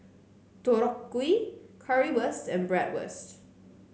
Deodeok Gui Currywurst and Bratwurst